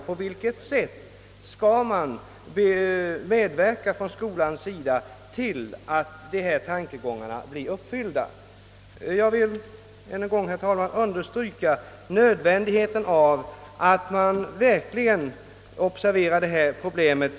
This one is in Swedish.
På vilket sätt skall skolan medverka till att dessa önskemål blir uppfyllda? Jag vill ännu en gång, herr talman, understryka önskvärdheten av att man verkligen observerar detta problem.